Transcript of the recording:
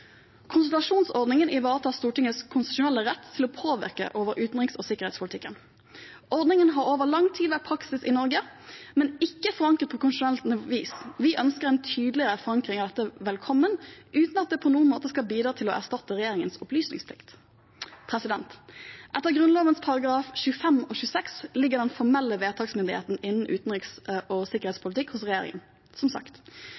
Konsultasjonsordningen ivaretar Stortingets konstitusjonelle rett til å påvirke utenriks- og sikkerhetspolitikken. Ordningen har over lang tid vært praksis i Norge, men ikke forankret på konstitusjonelt vis. Vi ønsker en tydeligere forankring av dette velkommen, uten at det på noen måte skal bidra til å erstatte regjeringens opplysningsplikt. Etter Grunnloven §§ 25 og 26 ligger den formelle vedtaksmyndigheten innen utenriks- og sikkerhetspolitikk hos regjeringen, som sagt.